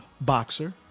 boxer